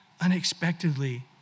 unexpectedly